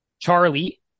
Charlie